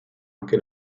anche